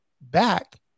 back